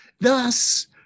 Thus